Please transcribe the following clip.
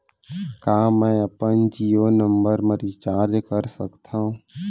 का मैं अपन जीयो नंबर म रिचार्ज कर सकथव?